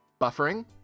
Buffering